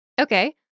Okay